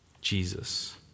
Jesus